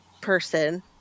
person